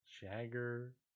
Jagger